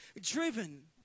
driven